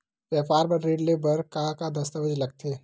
व्यापार बर ऋण ले बर का का दस्तावेज लगथे?